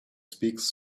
speaks